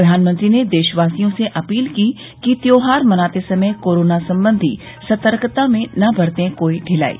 प्रधानमंत्री ने देशवासियों से अपील की कि त्यौहार मनाते समय कोरोना संबंधी सतर्कता में न बरते कोई ढिलाई